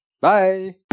Bye